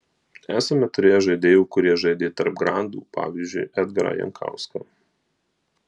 esame turėję žaidėjų kurie žaidė tarp grandų pavyzdžiui edgarą jankauską